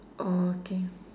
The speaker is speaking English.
oh okay